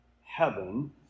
heaven